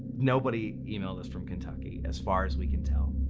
nobody emailed us from kentucky as far as we can tell.